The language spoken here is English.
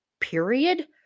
period